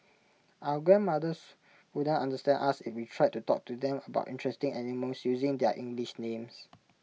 our grandmothers wouldn't understand us if we tried to talk to them about interesting animals using their English names